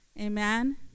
Amen